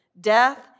death